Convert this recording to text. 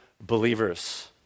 believers